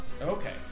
Okay